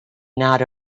not